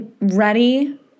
ready